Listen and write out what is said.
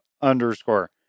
underscore